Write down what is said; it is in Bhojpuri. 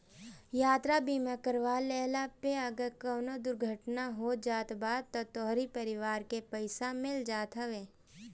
यात्रा बीमा करवा लेहला पअ अगर कवनो दुर्घटना हो जात बा तअ तोहरी परिवार के पईसा मिल जात हवे